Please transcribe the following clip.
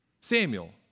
Samuel